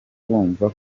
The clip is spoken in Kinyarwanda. bumva